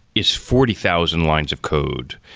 is forty thousand lines of code.